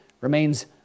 remains